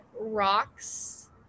rocks